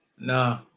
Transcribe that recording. No